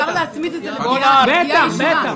בטח.